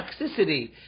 toxicity